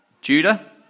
Judah